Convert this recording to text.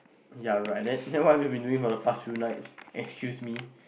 ya right then then what have you been doing for the past two nights excuse me